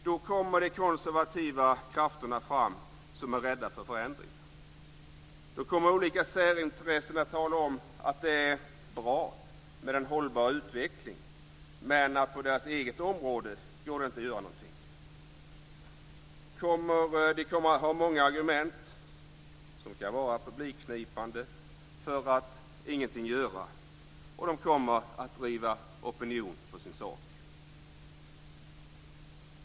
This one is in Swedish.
Då kommer de konservativa krafter som är rädda för förändringar fram. Då kommer olika särintressen att tala om att det är bra med en hållbar utveckling, men att det inte går att göra någonting på deras eget område. De kommer att ha många argument som är publikknipande för att ingenting göra. De kommer att driva opinion för sin sak.